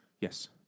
Yes